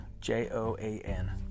J-O-A-N